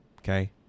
okay